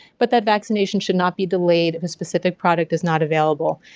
but that vaccination should not be delayed if a specific product is not available.